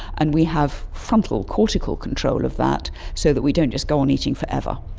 and we have frontal cortical control of that so that we don't just go on eating forever.